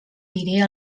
diré